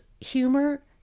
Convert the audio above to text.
humor